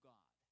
God